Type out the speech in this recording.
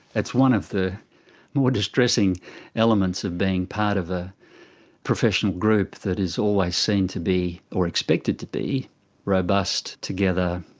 it's one of the more distressing elements of being part of a professional group that is always seen to be or expected to be robust, together,